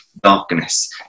darkness